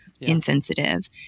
insensitive